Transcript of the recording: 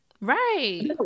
right